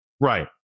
Right